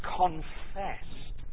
confessed